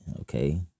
okay